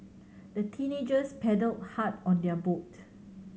the teenagers paddled hard on their boat